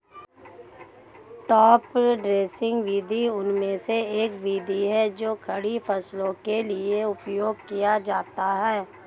top dressing विधि उनमें से एक विधि है जो खड़ी फसलों के लिए उपयोग किया जाता है